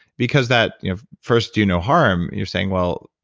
because that you know first do no harm. you're saying, well,